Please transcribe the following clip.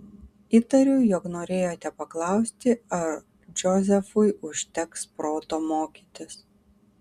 įtariu jog norėjote paklausti ar džozefui užteks proto mokytis